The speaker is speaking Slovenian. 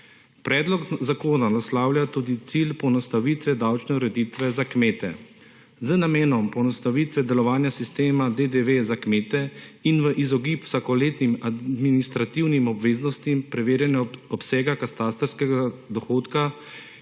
Predlog zakona naslavlja tudi cilj poenostavitve davčne ureditve za kmete. Z namenom poenostavitve delovanja sistema DDV za kmete in v izogib vsakoletnim administrativnim obveznostim preverjanja obsega katastrskega dohodka